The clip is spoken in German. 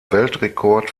weltrekord